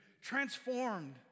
transformed